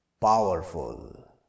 powerful